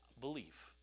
belief